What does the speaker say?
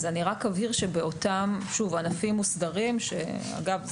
ואני רק אבהיר שבאותם ענפים מוסדרים שאגב,